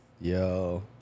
Yo